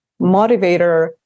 motivator